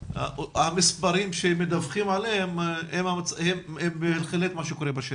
המספרים שמדווחים עליהם זה בהחלט מה שקורה בשטח.